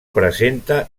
presenta